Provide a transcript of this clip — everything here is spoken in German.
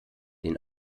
den